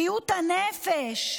בריאות הנפש,